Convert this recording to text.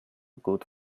good